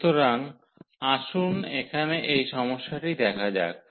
সুতরাং আসুন এখানে এই সমস্যাটি দেখা যাক